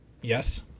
Yes